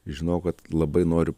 žinojau kad labai noriu